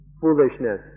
foolishness